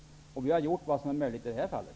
Vi har gjort vad som är möjligt i det här fallet.